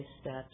steps